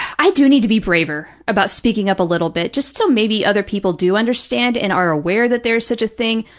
i do need to be braver about speaking up a little bit, just till maybe other people do understand and are aware that there is such a thing,